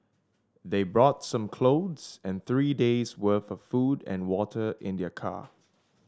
they brought some clothes and three days' worth of food and water in their car